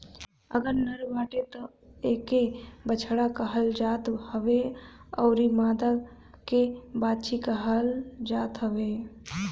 अगर नर बाटे तअ एके बछड़ा कहल जात हवे अउरी मादा के बाछी कहल जाता हवे